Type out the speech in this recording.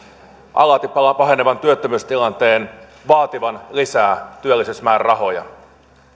alati pahenevan työttömyystilanteen vaativan lisää työllisyysmäärärahoja